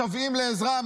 משוועים לעזרה.